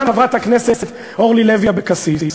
חברת הכנסת אורלי לוי אבקסיס,